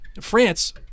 France